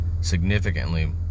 significantly